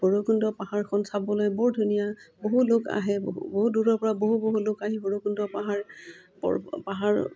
ভৈৰৱকুণ্ড পাহাৰখন চাবলৈ বৰ ধুনীয়া বহু লোক আহে বহু বহু দূৰৰপৰা বহু বহু লোক আহি ভৈৰৱকুণ্ড পাহাৰ পাহাৰ